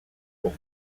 pour